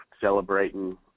celebrating